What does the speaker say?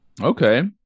okay